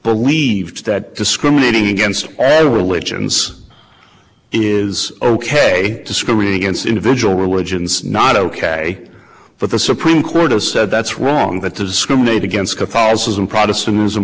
believed that discriminating against all religions is ok to screen against individual religions not ok for the supreme court has said that's wrong that to discriminate against catholicism protestantism